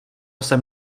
jsem